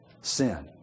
sin